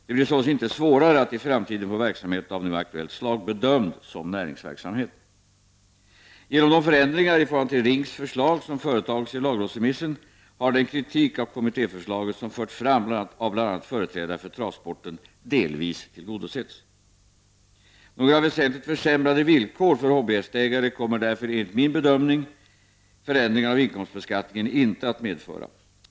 Det blir således inte svårare att i framtiden få verksamhet av nu aktuellt slag bedömd som näringsverksamhet. Genom de förändringar i förhållande till RINK:s förslag som företagits i lagrådsremissen har den kritik av kommittéförslaget som förts fram av bl.a. företrädare för travsporten delvis tillgodosetts. Några väsentligt försämrade villkor för hobbyhästägare kommer därför enligt min bedömning förändringarna av inkomstbeskattningen inte att medföra.